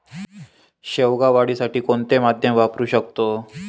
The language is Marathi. शेवगा वाढीसाठी कोणते माध्यम वापरु शकतो?